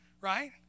Right